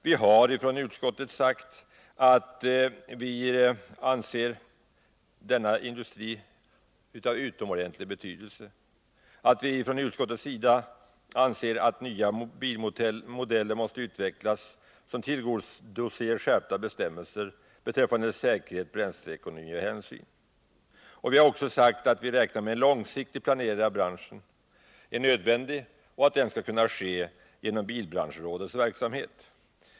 Vi har från utskottets sida sagt att vi anser att denna industri är av utomordentligt stor betydelse och att nya bilmodeller måste utvecklas som tillgodoser skärpta bestämmelser beträffande säkerhet, bränsleekonomi och miljö. Vi har också sagt att vi räknar med att en långsiktig planering av branschen är nödvändig och att den kommer att ske genom bilbranschrådets verksamhet.